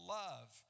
love